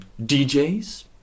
DJs